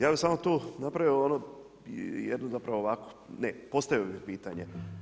Ja bi samo tu napravio jednu zapravo ovako, ne, postavio bi pitanje.